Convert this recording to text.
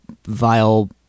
vile